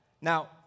Now